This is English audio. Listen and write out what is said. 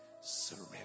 surrender